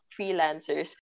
freelancers